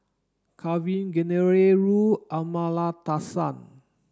Kavignareru Amallathasan